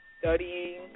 studying